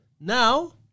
Now